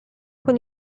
con